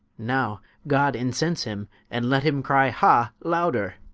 now god incense him, and let him cry ha, lowder